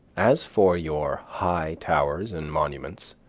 as for your high towers and monuments,